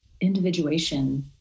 individuation